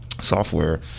Software